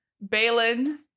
Balin